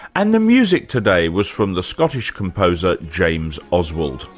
and the music today was from the scottish composer james oswald,